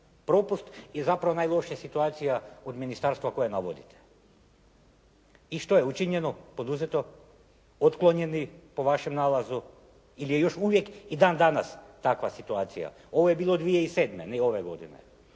Propust je zapravo najlošija situacija od ministarstva koje navodite. I što je učinjeno, poduzeto? Otklonjeno po vašem nalazu ili je još uvijek i dan danas takva situacija? Ovo je bilo 2007., ne ove godine.